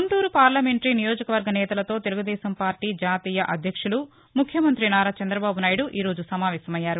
Guntur parliamentary నియోజకవర్గ నేతలతో Telugu Desam party జాతీయ అధ్యక్షులు ముఖ్యమంత్రి నారా చందబాబు నాయుడు ఈ రోజు సమావేశమైయ్యారు